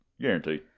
Guaranteed